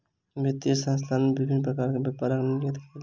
वित्तीय संस्थान विभिन्न प्रकार सॅ व्यापार कार्यान्वित कयलक